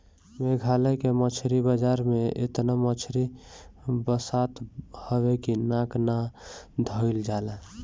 मेघालय के मछरी बाजार में एतना मछरी बसात हवे की नाक ना धइल जाला